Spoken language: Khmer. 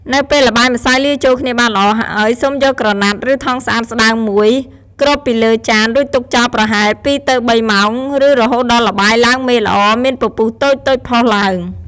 នៅពេលល្បាយម្សៅលាយចូលគ្នាបានល្អហើយ សូមយកក្រណាត់ ឬថង់ស្អាតស្តើងមួយគ្របពីលើចាន រួចទុកចោលប្រហែល ២ទៅ៣ ម៉ោង ឬរហូតដល់ល្បាយឡើងមេល្អ មានពពុះតូចៗផុសឡើង។